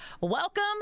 Welcome